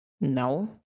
no